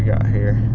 yeah here.